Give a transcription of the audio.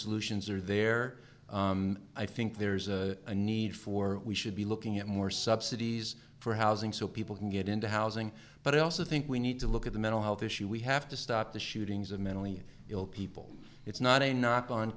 solutions are there i think there's a need for we should be looking at more subsidies for housing so people can get into housing but i also think we need to look at the mental health issue we have to stop the shootings of mentally ill people it's not a knock on